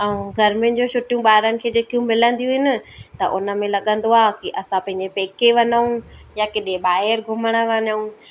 ऐं गर्मियुनि जी छुट्टियूं ॿारनि खे जेकियूं मिलंदियूं आहिनि त उन में लॻंदो आहे कि असां पंहिंजे पेके वञू या केॾांहुं ॿाहिरि घुमणु वञू